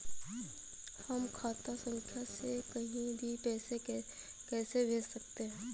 हम खाता संख्या से कहीं भी पैसे कैसे भेज सकते हैं?